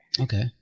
Okay